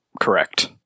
correct